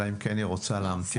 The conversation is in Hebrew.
אלא אם כן, היא רוצה להמתין.